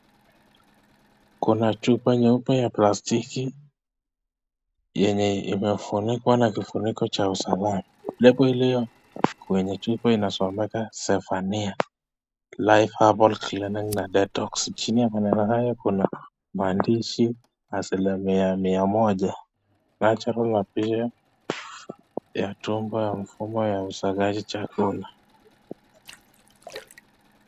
Kuna chupa nyeupe ya plastiki yenye imefunikwa na kifuniko cha usalama. Lebo iliyo kwenye chupa inasomeka (cs)Zephania Life Herbal cleaning na Detox(cs). Chini ya maneno haya kuna maandishi ya asilia mia moja (cs)natural(cs) na pia ya tumbo ya mfumo ya usagaji chakula.